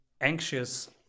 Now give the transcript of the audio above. anxious